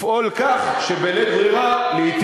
לפעול כך שבלית ברירה, אתה רומז שאנחנו, אויב.